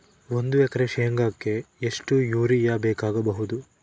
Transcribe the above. ಒಂದು ಎಕರೆ ಶೆಂಗಕ್ಕೆ ಎಷ್ಟು ಯೂರಿಯಾ ಬೇಕಾಗಬಹುದು?